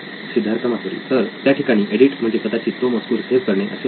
सिद्धार्थ मातुरी तर त्याठिकाणी एडिट म्हणजे कदाचित तो मजकूर सेव्ह करणे असे होईल